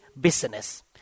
business